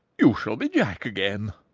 you shall be jack again.